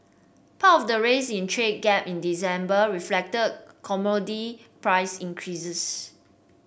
part of the rise in trade gap in December reflected commodity price increases